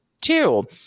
two